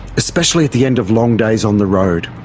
especially at the end of long days on the road.